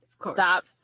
stop